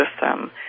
system